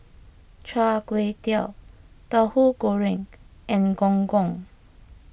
Char Kway Teow Tauhu Goreng and Gong Gong